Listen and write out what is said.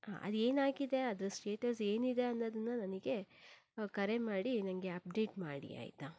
ಹಾಂ ಅದು ಏನಾಗಿದೆ ಅದ್ರ ಸ್ಟೇಟಸ್ ಏನಿದೆ ಅನ್ನೋದನ್ನ ನನಗೆ ಕರೆ ಮಾಡಿ ನನಗೆ ಅಪ್ಡೇಟ್ ಮಾಡಿ ಆಯಿತಾ